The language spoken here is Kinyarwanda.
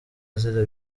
azira